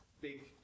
big